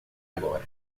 agora